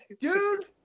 Dude